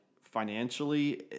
financially